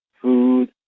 food